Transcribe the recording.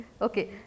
Okay